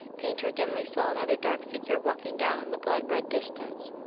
paynter dimly saw another dark figure walking down in the blood-red distance.